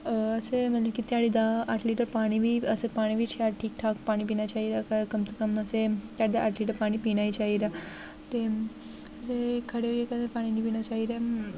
असें मतलब कि ध्याड़ी दा अट्ठ लीटर पानी बी असें पानी बी शैल ठीक ठाक पानी पीना चाहि्दा कम से कम असें ध्याड़ी दा अट्ठ लीटर पानी पीना गै चाहि्दा ते खड़े होइये पानी नेईं पीना चाहि्दा